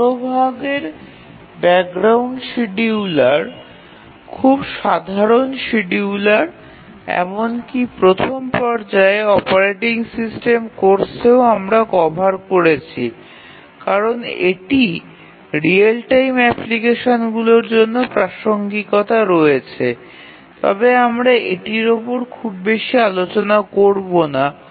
অগ্রভাগের background scheduler খুব সাধারণ scheduler এমনকি প্রথম পর্যায়ের অপারেটিং সিস্টেম কোর্সেও আমরা কভার করেছি কারণ এটি রিয়েল টাইম অ্যাপ্লিকেশনগুলির জন্য প্রাসঙ্গিকতা রয়েছে তবে আমরা এটির উপর খুব বেশি আলোচনা করব না